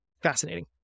fascinating